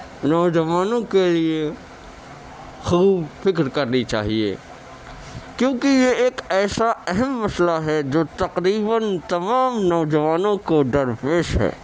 نوجوانوں کے لیے خوب فکر کرنی چاہیے کیونکہ یہ ایک ايسا اہم مسئلہ ہے جو تقريباً تمام نوجوانوں كو درپيش ہے